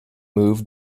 move